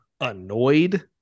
annoyed